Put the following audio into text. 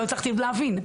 עוד לא הצלחתי להבין.